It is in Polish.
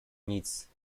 nic